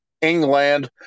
England